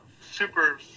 super